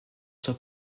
soit